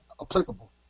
applicable